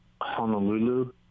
Honolulu